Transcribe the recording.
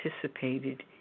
participated